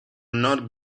not